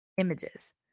Images